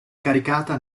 caricata